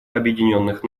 объединенных